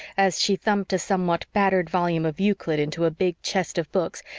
as she thumped a somewhat battered volume of euclid into a big chest of books,